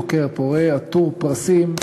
חוקר פורה עטור פרסים,